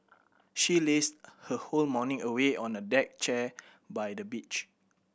she lazed her whole morning away on a deck chair by the beach